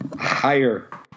higher